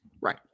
Right